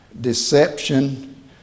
deception